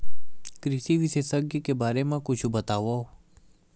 कृषि विशेषज्ञ के बारे मा कुछु बतावव?